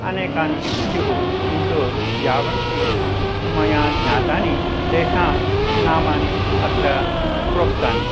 अनेकानि स्युः किन्तु यावन्ति मया ज्ञातानि तेषां नामानि अत्र प्रोक्तानि